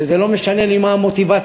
ולא משנה לי מה המוטיבציה.